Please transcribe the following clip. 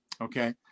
okay